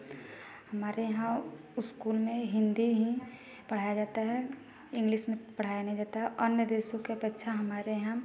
हमारे यहाँ उस्कूल में हिंदी ही पढ़ाया जाता है इंग्लिस में पढ़ाया नहीं जाता है अन्य देशों की अपेक्षा हमारे यहाँ